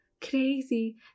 crazy